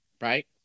right